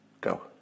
Go